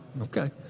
Okay